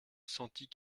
sentit